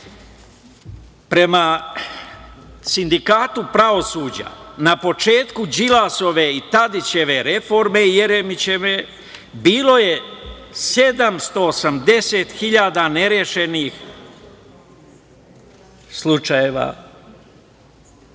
Prema sindikatu pravosuđa, na početku Đilasove, Tadićeve, Jeremićeve reforme bilo je 780 hiljada nerešenih slučajeva,